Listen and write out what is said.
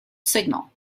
signal